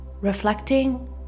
reflecting